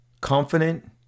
confident